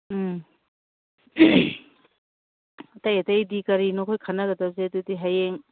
ꯎꯝ ꯑꯇꯩ ꯑꯇꯩꯗꯤ ꯀꯔꯤꯅꯣ ꯑꯩꯈꯣꯏꯅ ꯈꯟꯅꯒꯗꯕꯁꯦ ꯑꯗꯨꯗꯤ ꯍꯌꯦꯡ